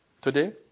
today